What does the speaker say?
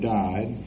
died